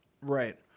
Right